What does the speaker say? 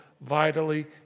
vitally